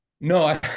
No